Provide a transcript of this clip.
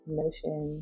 notion